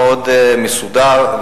מאוד מסודר,